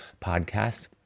podcast